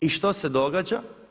I što se događa?